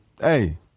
Hey